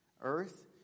earth